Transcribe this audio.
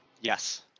yes